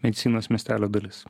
medicinos miestelio dalis